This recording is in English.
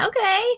Okay